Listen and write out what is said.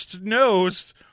knows